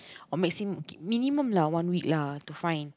or maximum okay minimum lah one week lah to find